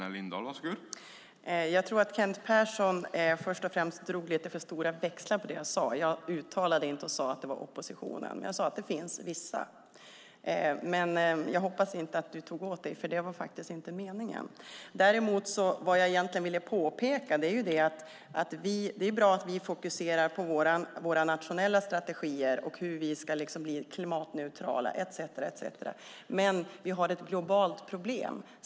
Herr talman! Jag tror till att börja med att Kent Persson drog lite för stora växlar på det jag sade. Jag sade inte att det är oppositionen, utan att det finns vissa. Jag hoppas att han inte tog åt sig, för det var inte meningen. Det jag ville peka på var att det är bra att vi fokuserar på våra nationella strategier, hur vi ska bli klimatneutrala etcetera, men att vi har ett globalt problem.